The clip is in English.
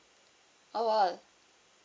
oh all